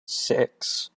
six